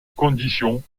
condition